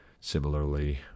similarly